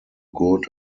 good